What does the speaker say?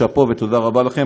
שאפו ותודה רבה לכם.